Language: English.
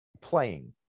playing